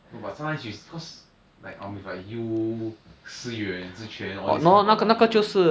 no but sometimes you s~ cause I'm with like you si yuan zi quan all these kind got money [one]